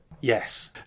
yes